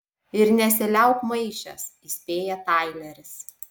ir nesiliauk maišęs įspėja taileris